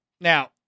Now